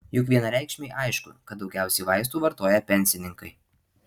juk vienareikšmiai aišku kad daugiausiai vaistų vartoja pensininkai